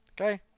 okay